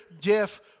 gift